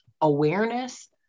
awareness